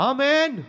Amen